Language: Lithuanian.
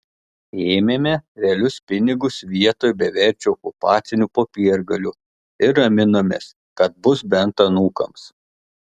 ėmėme realius pinigus vietoj beverčių okupacinių popiergalių ir raminomės kad bus bent anūkams